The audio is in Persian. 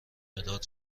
مداد